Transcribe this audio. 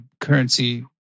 currency